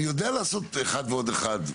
אני יודע לעשות אחת ועוד אחת.